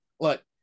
look